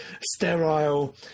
sterile